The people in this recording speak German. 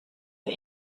für